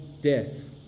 death